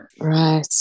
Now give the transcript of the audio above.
Right